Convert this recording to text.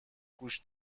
گوش